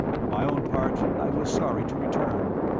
for my own part i was sorry to return.